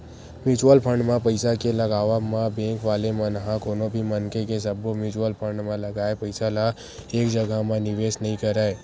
mutual fund म पइसा के लगावब म बेंक वाले मन ह कोनो भी मनखे के सब्बो म्युचुअल फंड म लगाए पइसा ल एक जघा म निवेस नइ करय